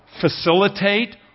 facilitate